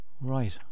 Right